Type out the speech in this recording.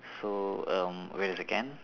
so um wait a second